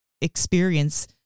experience